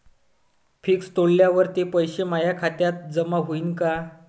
Fix तोडल्यावर ते पैसे माया खात्यात जमा होईनं का?